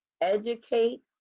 educate